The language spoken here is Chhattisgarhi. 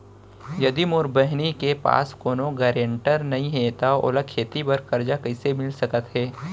यदि मोर बहिनी के पास कोनो गरेंटेटर नई हे त ओला खेती बर कर्जा कईसे मिल सकत हे?